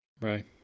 Right